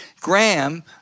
Graham